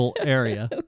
area